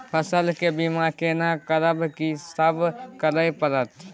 फसल के बीमा केना करब, की सब करय परत?